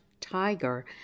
tiger